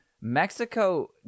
mexico